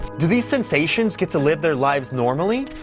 do these sensations get to live their lives normally,